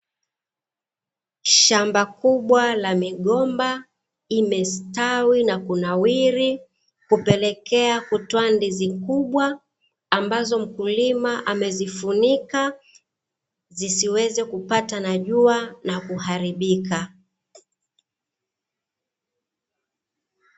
Shamba kubwa la migomba, imestawi na kunawiri, hupelekea kutoa ndizi kubwa ambazo mkulima amezifunika, zisiweze kupatwa na jua na kuharibika.